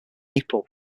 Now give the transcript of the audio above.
april